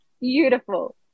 Beautiful